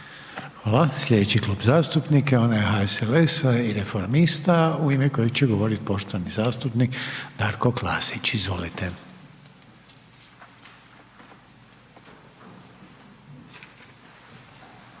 Hvala. Slijedeći Klub zastupnika je onaj HSLS-a i Reformista u ime kojeg će govorit poštovani zastupnik Darko Klasić, izvolite.